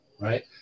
right